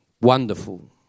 Wonderful